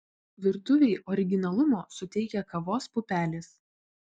virtuvei originalumo suteikia kavos pupelės